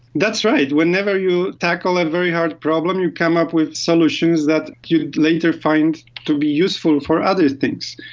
that's right whenever you tackle a and very hard problem you come up with solutions that you later find to be useful for other things.